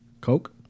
Coke